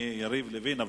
יריב לוין.